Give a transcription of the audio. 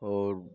और